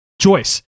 joyce